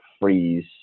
freeze